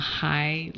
high